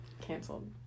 Canceled